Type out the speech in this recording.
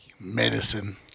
medicine